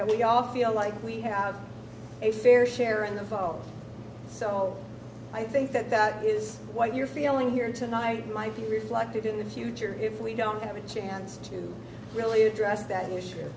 that we all feel like we have a fair share in the vote so i think that that is what you're feeling here tonight might be reflected in the future if we don't have a chance to really address that